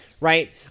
right